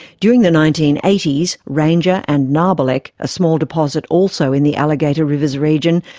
during the nineteen eighty s, ranger and narbarlek, a small deposit also in the alligator rivers region,